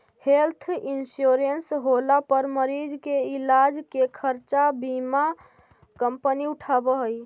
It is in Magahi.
हेल्थ इंश्योरेंस होला पर मरीज के इलाज के खर्चा बीमा कंपनी उठावऽ हई